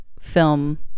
film